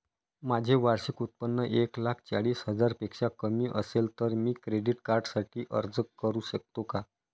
माझे वार्षिक उत्त्पन्न एक लाख चाळीस हजार पेक्षा कमी असेल तर मी क्रेडिट कार्डसाठी अर्ज करु शकतो का?